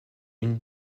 une